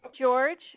George